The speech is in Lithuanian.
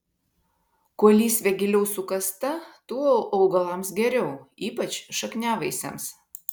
kuo lysvė giliau sukasta tuo augalams geriau ypač šakniavaisiams